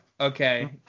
Okay